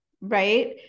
right